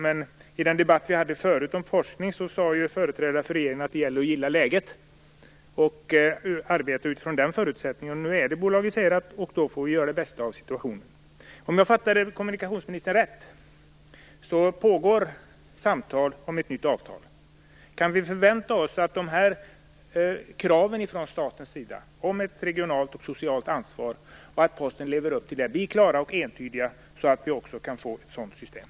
Men i den debatt vi hade förut om forskning sade företrädaren för regeringen att det gäller att gilla läget och arbeta utifrån den förutsättningen. Nu är det bolagiserat, och då får vi göra det bästa av situationen. Om jag fattade kommunikationsministern rätt pågår samtal om ett nytt avtal. Kan vi förvänta oss att dessa krav från statens sida om ett regionalt och socialt ansvar blir klara och entydiga och att Posten lever upp till dem, så att vi också kan få ett sådant system?